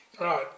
Right